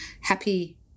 happy